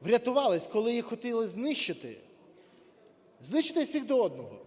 врятувались, коли їх хотіли знищити, знищити всіх до одного.